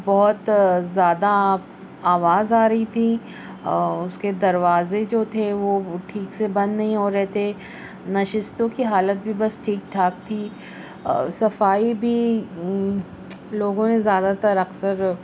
بہت زیادہ آواز آ رہی تھی اور اس کے دروازے جو تھے وہ ٹھیک سے بند نہیں ہو رہے تھے نشستوں کی حالت بھی بس ٹھیک ٹھاک تھی اور صفائی بھی لوگوں نے زیادہ تر اکثر